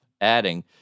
Adding